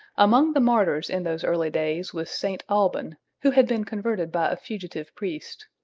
among the martyrs in those early days was st. alban, who had been converted by a fugitive priest.